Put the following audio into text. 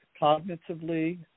cognitively